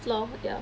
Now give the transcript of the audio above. floor ya